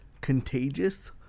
contagious